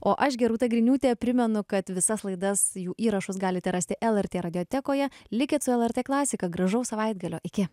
o aš gerūta griniūtė primenu kad visas laidas jų įrašus galite rasti lrt radiotekoje likit su lrt klasika gražaus savaitgalio iki